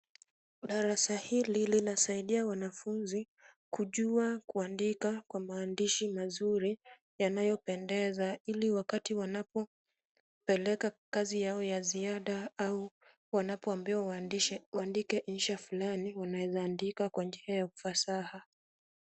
Darasa hili linasaidia wanafunzi kujua kuandika kwa maandishi mazuri yanayopendeza ili wakati wanapopeleka kazi yao ya ziada au wanapoambiwa waandike insha fulani wanaweza andika kwa njia ya ufasaha.